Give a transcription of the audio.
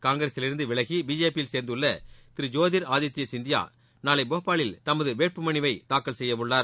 காங்கிரசிலிருந்து விலகி பிஜேபியில் சேர்ந்துள்ள திரு ஜோதிர் ஆதித்ய சிந்தியா நாளை போபாலில் தமது வேட்பு மனுவை தாக்கல் செய்ய உள்ளார்